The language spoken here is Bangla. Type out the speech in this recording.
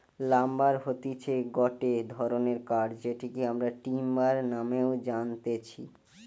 লাম্বার হতিছে গটে ধরণের কাঠ যেটিকে আমরা টিম্বার নামেও জানতেছি